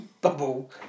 bubble